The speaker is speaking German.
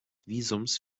visums